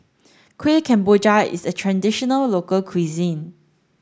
Kuih Kemboja is a traditional local cuisine